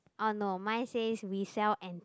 oh no mine says we sell antique